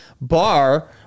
bar